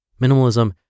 Minimalism